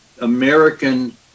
American